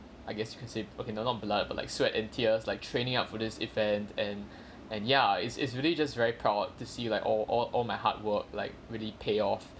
I guess you can say okay not a lot of blood but like sweat and tears like training up for this event and and ya it's it's really just very proud to see like oh all all my hard work like really pay off